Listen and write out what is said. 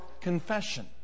Confession